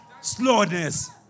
slowness